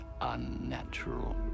unnatural